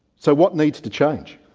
so what needs to change?